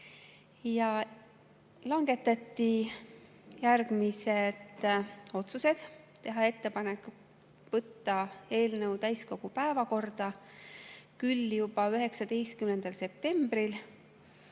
Langetati järgmised otsused: teha ettepanek võtta eelnõu täiskogu päevakorda küll juba 19. septembril,